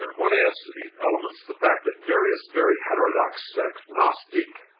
one adds to these elements the fact that various very heterodox sects gnostic,